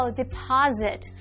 deposit